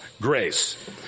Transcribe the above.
grace